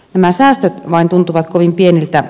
nämä säästöt vain tuntuvat kovin pieniltä